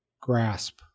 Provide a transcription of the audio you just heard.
grasp